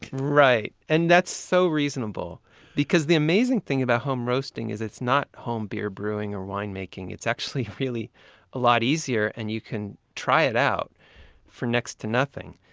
right. and that's so reasonable because the amazing thing about home roasting is it's not home beer brewing or wine making. it's actually a lot easier. and you can try it out for next to nothing.